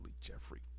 Jeffrey